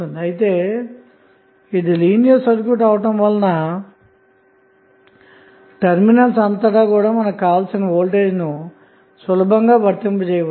అయితే ఇది లీనియర్ సర్క్యూట్అవటం వలన టెర్మినల్స్ అంతటా మనకు కావలసిన వోల్టేజ్ ను సులభంగా వర్తింప చేయవచ్చు